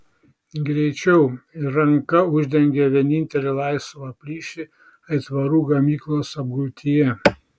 greičiau ir ranka uždengė vienintelį laisvą plyšį aitvarų gamyklos apgultyje